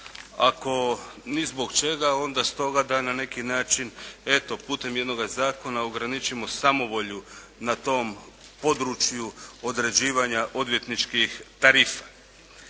Ako ni zbog čega onda stoga da na neki način eto putem jednoga zakona ograničimo samovolju na tom području odrađivanja odvjetničkih tarifa.